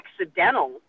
accidental –